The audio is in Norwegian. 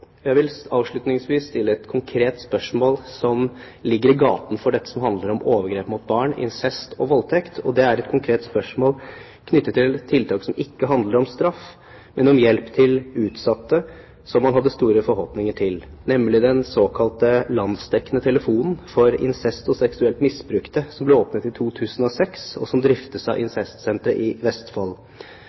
Jeg vil avslutningsvis stille et konkret spørsmål som ligger i gaten for dette som handler om overgrep mot barn, incest og voldtekt, og det er et konkret spørsmål knyttet til tiltak som ikke handler om straff, men om hjelp til utsatte, som man hadde store forhåpninger til, nemlig den såkalte Landsdekkende telefon for Incest- og seksuelt misbrukte, som ble åpnet i 2006, og som driftes av Incestsenteret i Vestfold.